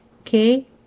okay